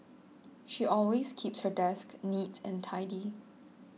she always keeps her desk neat and tidy